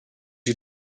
you